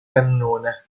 cannone